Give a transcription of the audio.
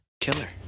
Killer